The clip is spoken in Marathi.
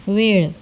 वेळ